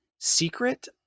secret